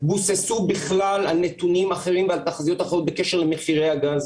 בוססו בכלל על נתונים אחרים ועל תחזיות אחרות בקשר למחירי הגז,